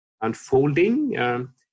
unfolding